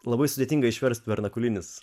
labai sudėtinga išversti vernakulinis